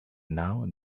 now